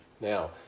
Now